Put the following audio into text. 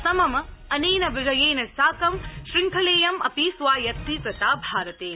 समम अनेन विजयेन साकं शृंखलेयं अपि स्वायत्तीकृता भारतेन